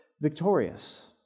victorious